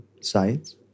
sides